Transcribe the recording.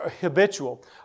habitual